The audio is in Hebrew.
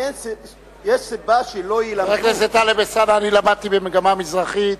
אני למדתי במגמה מזרחית,